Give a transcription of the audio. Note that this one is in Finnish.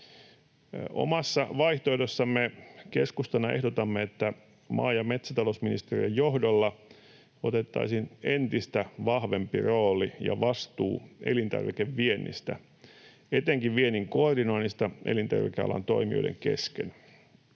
Omassa vaihtoehdossamme keskustana ehdotamme, että maa- ja metsätalousministeriön johdolla otettaisiin entistä vahvempi rooli ja vastuu elintarvikeviennistä, etenkin viennin koordinoinnista elintarvikealan toimijoiden kesken.